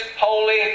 holy